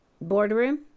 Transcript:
Boardroom